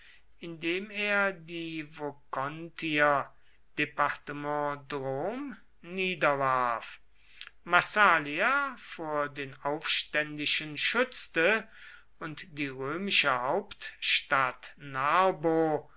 indem er die vocontier departement drme niederwarf massalia vor den aufständischen schützte und die römische hauptstadt narbo